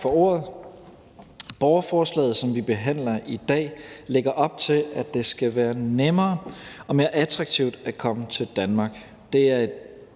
Tak for ordet. Borgerforslaget, som vi behandler i dag, lægger op til, at det skal være nemmere og mere attraktivt at komme til Danmark.